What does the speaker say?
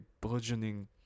burgeoning